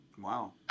Wow